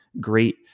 great